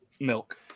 milk